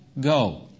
go